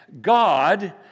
God